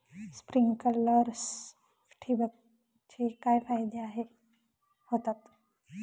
Sprinklers ठिबक चे फायदे काय होतात?